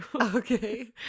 Okay